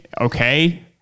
okay